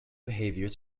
behaviours